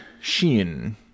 Sheen